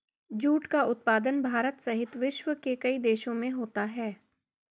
jute का उत्पादन भारत सहित विश्व के कई देशों में होता है